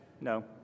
no